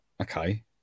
okay